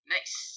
Nice